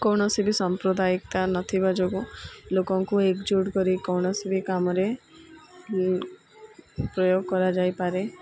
କୌଣସି ବି ସମ୍ପ୍ରଦାୟିକତା ନଥିବା ଯୋଗୁଁ ଲୋକଙ୍କୁ ଏକଜୁଟ୍ କରି କୌଣସି ବି କାମରେ ପ୍ରୟୋଗ କରାଯାଇପାରେ